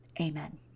amen